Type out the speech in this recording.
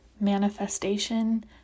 manifestation